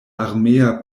armea